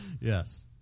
Yes